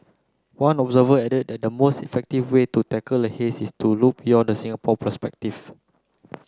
one observer added that the most effective way to tackle the haze is to look beyond the Singapore perspective